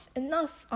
enough